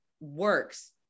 works